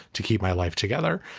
to keep my life together.